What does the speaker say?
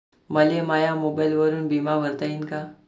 मले माया मोबाईलवरून बिमा भरता येईन का?